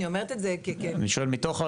אני אומרת את זה --- אני שואל מתוך,